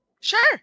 Sure